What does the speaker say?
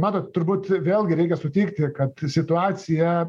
matot turbūt vėlgi reikia sutikti kad situacija